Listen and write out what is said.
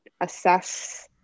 assess